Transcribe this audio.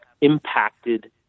impacted